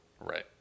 Right